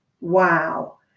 Wow